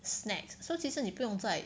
snacks so 其实你不用在